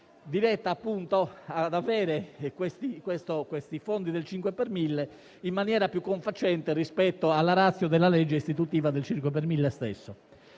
a ottenere i fondi del 5 per mille in maniera più confacente rispetto alla *ratio* della legge istitutiva del 5 per mille medesimo.